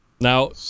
Now